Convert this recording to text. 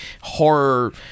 horror